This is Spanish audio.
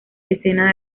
escena